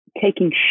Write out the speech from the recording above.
taking